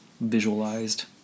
visualized